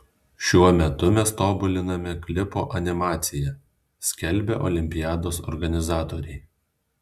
šiuo metu mes tobuliname klipo animaciją skelbia olimpiados organizatoriai